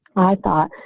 i thought,